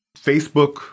Facebook